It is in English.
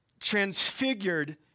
transfigured